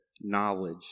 knowledge